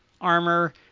armor